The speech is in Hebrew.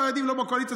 החרדים לא בקואליציה,